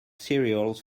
cereals